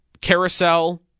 carousel